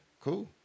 cool